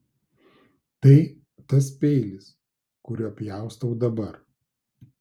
tai tas peilis kuriuo pjaustau dabar